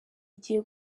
igiye